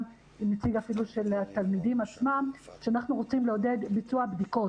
עם נציג התלמידים עצמם על כך שאנחנו רוצים לעודד ביצוע בדיקות.